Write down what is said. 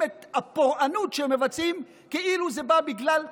את הפורענות שהם מבצעים כאילו זה בא בגלל קורבנות.